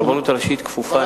הרבנות הראשית כפופה,